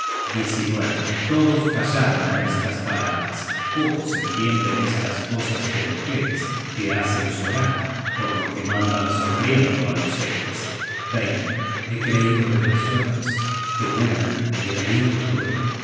dolor todos callaron á estas palabras pocos entienden estas cosas de mujeres que hacen llorar por lo que mandan sonriendo á los héroes he creido ver en sueños que gunnar era bien cruel